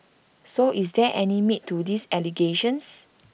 so is there any meat to these allegations